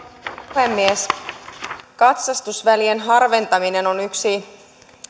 puhemies katsastusvälien harventaminen on yksi